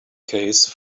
case